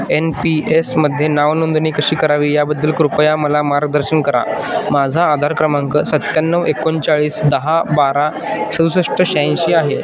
N P एसमध्ये नावनोंदणी कशी करावी याबद्दल कृपया मला मार्गदर्शन करा माझा आधार क्रमांक सत्त्याण्णव एकोणचाळीस दहा बारा सदुसष्ट शह्याऐंशी आहे